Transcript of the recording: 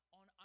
on